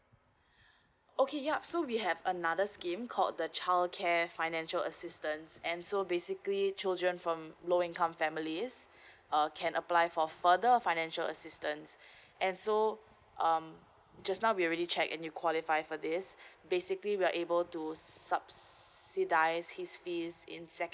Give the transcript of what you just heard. okay yup so we have another scheme called the childcare financial assistance and so basically children from low income families uh can apply for further financial assistance and so um just now we already check and you qualify for this basically we are able to subsidize his fees in secondary